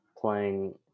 playing